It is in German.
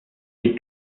sich